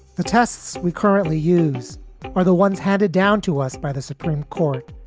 the tests we currently use are the ones handed down to us by the supreme court.